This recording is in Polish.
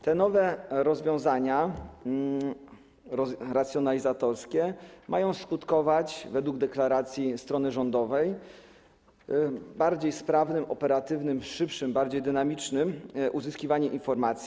Te nowe rozwiązania racjonalizatorskie mają skutkować według deklaracji strony rządowej bardziej sprawnym, operatywnym, szybszym, bardziej dynamicznym uzyskiwaniem informacji.